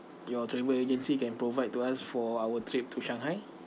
your travel agency can provide to us for our trip to shanghai